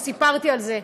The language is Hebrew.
וסיפרתי על זה.